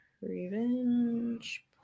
Revenge